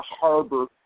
harbor